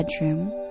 bedroom